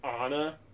Anna